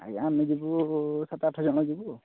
ଆଜ୍ଞା ଆମେ ଯିବୁ ସାତ ଆଠ ଜଣ ଯିବୁ